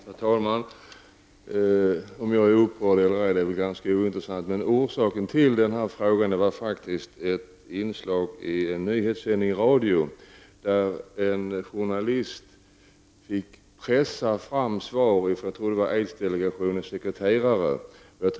Herr talman! Huruvida jag är upprörd eller ej är väl ganska ointressant. Orsaken till att jag ställde den här frågan var ett inslag i en nyhetssändning i radio, där en journalist fick pressa fram information från -- om jag minns rätt -- aidsdelegationens sekreterare.